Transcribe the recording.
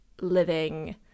living